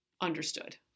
understood